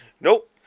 Nope